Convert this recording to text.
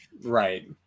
right